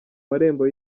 marembo